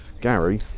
Gary